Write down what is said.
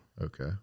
Okay